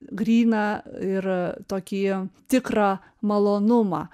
gryną ir tokį tikrą malonumą